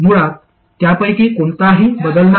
मुळात यापैकी कोणताही बदल नाही